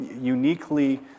uniquely